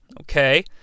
okay